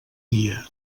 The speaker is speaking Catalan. dia